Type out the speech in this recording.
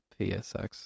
PSX